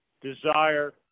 desire